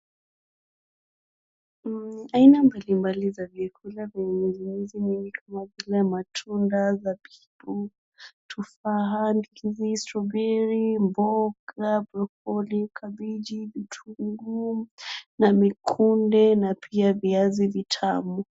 Mm, aina mbalimbali za vyakula vyenye nyuzinyuzi mingi kama vile matunda, zabibu, tofaha, ndizi, strawberry , mboga, brocolli , kabeeji, vitunguu na mikunde, na pia viazi vitamu.